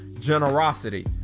generosity